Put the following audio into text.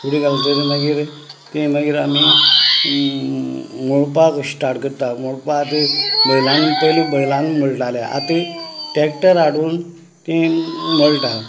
गुडी घालतरी मागीर तेजे मागीर आमी मळपाक श्टाट करता मळपा खातीर बैलांक पयलीं बैलांक मळटालें आतां ट्रॅक्टर हाडून तें मळटा